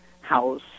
house